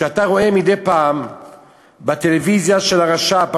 שאתה רואה מדי פעם בטלוויזיה של הרש"פ,